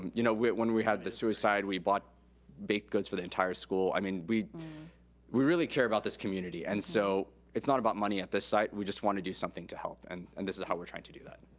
you know when we had the suicide, we bought baked goods for the entire school. i mean we we really care about this community. and so it's not about money at this site. we just wanna do something to help. and and this is how we're trying to do that.